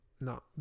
no